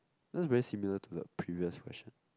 that's very similar to the previous question